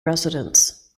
residents